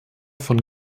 von